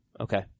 Okay